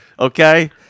Okay